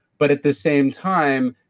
but at the same time,